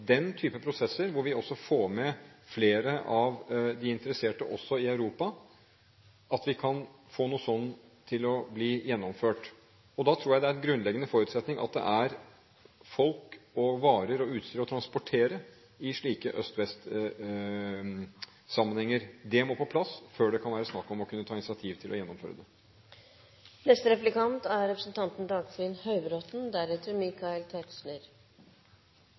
den typen prosesser, hvor vi også får med flere av de interesserte i Europa, at vi kan få noe slikt gjennomført. Da tror jeg det er en grunnleggende forutsetning at det er folk, varer og utstyr å transportere i slike øst–vest-sammenhenger. Det må på plass før det kan være snakk om å kunne ta initiativ til å gjennomføre det. Utenriks- og forsvarspolitikken er